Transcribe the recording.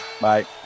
Bye